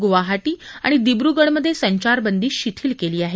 गुवाहाटी आणि दिब्रूगडमधे संचारबंदी शिथील केली आहे